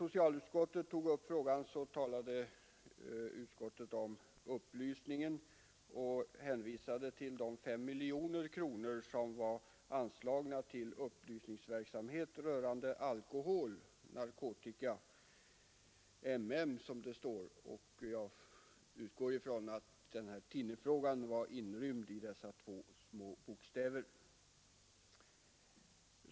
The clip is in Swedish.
Socialutskottet talade vid sin behandling av frågan om behovet av upplysning och erinrade om de 5 miljoner kronor som anslagits till upplysningsverksamhet rörande alkohol, narkotika m.m. Jag utgår från att thinnerfrågan var inrymd i de två sista bokstäverna av denna anslagsrubrik.